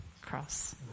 cross